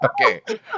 Okay